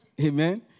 Amen